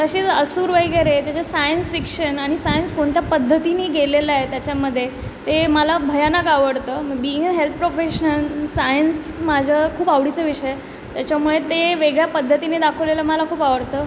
तसेच असूर वगैरे त्याचं सायन्स फिक्षन आणि सायन्स कोणत्या पद्धतीनी गेलेलं आहे त्याच्यामध्ये ते मला भयानक आवडतं being a health profession science माझं खूप आवडीचं विषय त्याच्यामुळे ते वेगळ्या पद्धतीने दाखवलेलं मला खूप आवडतं